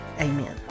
amen